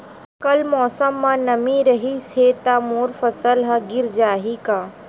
कल मौसम म नमी रहिस हे त मोर फसल ह गिर जाही का?